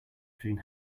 between